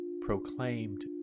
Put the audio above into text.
proclaimed